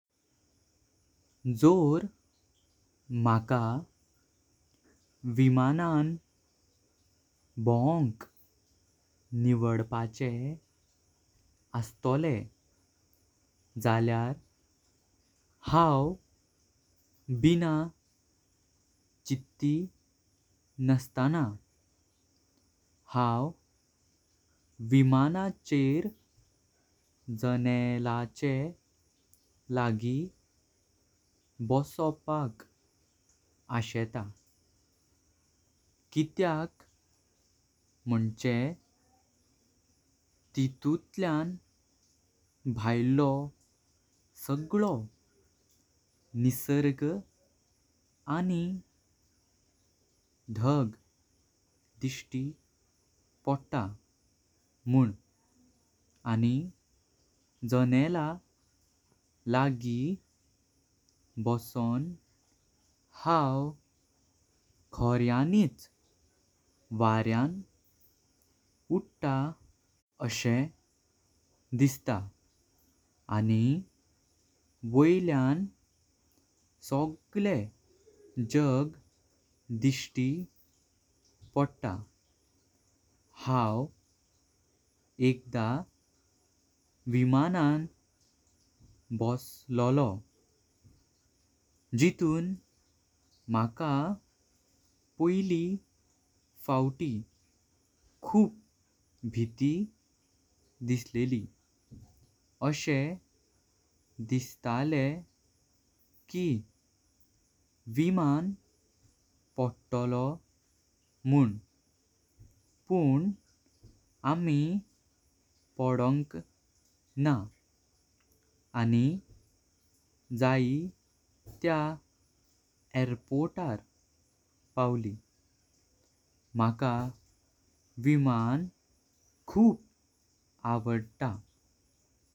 जोर मकां विमानां बोआंक निवडपाचे असताले जल्यार हांव बिना चिट्टी नस्ताना। हाँ विमानाचेर जनेलाचे लागी बोसपाक आशेता। कित्याक मोंचें तीतुल्यान भयलो सगळो निसर्ग आनी धाग दिस्टी पडता। मुन आनी जनेला लागी बोसन हांव खोर्यानीच वरयान उडता आशे दिसता। आनी वॉयल्यान सगळे जग दिस्टी पडता। हांव एकदा विमानां बोसलो लो जितुं मका पोईलि फाउटी खूप भीत। दिसलेली आशे दिसताले कि विमान पडतालो मुन पण आमी पडॉंक। ना आनी जायी त्या एयरपोर्टार पावली: मका विमान खूप आवडता।